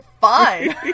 Fine